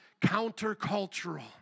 counter-cultural